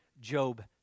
Job